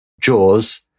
Jaws